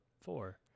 four